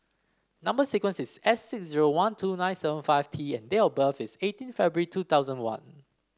number sequence is S six zero one two nine seven five T and date of birth is eighteen February two thousand one